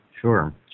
Sure